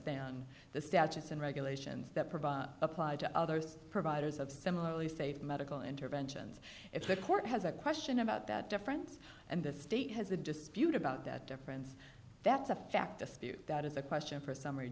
than the statutes and regulations that provide applied to others providers of similarly saved medical interventions if the court has a question about that difference and the state has a dispute about that difference that's a fact dispute that is a question for summ